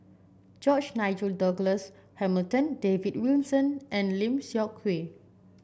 George Nigel Douglas Hamilton David Wilson and Lim Seok Hui